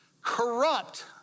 corrupt